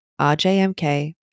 RJMK